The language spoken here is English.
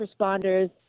responders